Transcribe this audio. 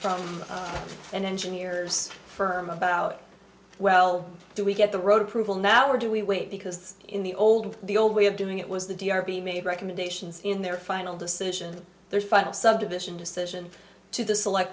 from and engineers firm about well do we get the road approval now or do we wait because in the old the old way of doing it was the d r p made recommendations in their final decision their five subdivision decision to the select